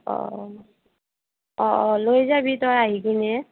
লৈ যাবি তই আহি কিনে